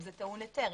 אם זה טעון היתר.